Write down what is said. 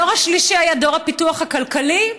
הדור השלישי היה דור הפיתוח הכלכלי,